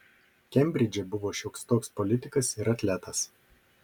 kembridže buvo šioks toks politikas ir atletas